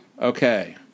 Okay